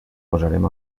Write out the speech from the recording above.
posarem